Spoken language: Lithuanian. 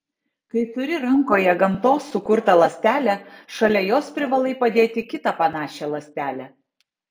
kai turi rankoje gamtos sukurtą ląstelę šalia jos privalai padėti kitą panašią ląstelę